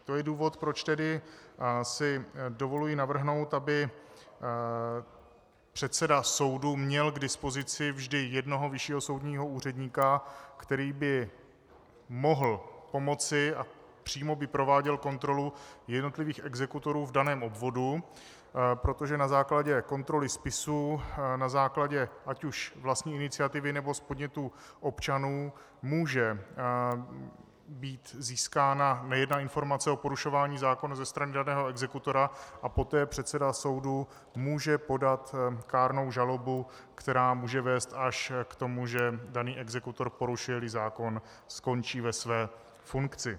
To je důvod, proč si tedy dovoluji navrhnout, aby předseda soudu měl k dispozici vždy jednoho vyššího soudního úředníka, který by mohl pomoci a přímo by prováděl kontrolu jednotlivých exekutorů v daném obvodu, protože na základě kontroly spisů, na základě ať už vlastní iniciativy, nebo z podnětu občanů může být získána nejedna informace o porušování zákona ze strany daného exekutora, a poté předseda soudu může podat kárnou žalobu, která může vést až k tomu, že daný exekutor, porušujeli zákon, skončí ve své funkci.